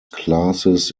classes